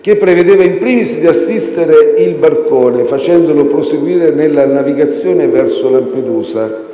che prevedeva, *in primis*, di assistere il barcone facendolo proseguire nella navigazione verso Lampedusa